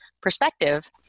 perspective